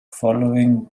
following